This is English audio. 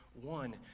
one